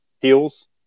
heels